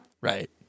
right